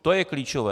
To je klíčové.